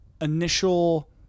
initial